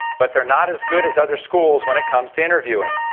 but they're not as good as other schools when it comes to interviewing.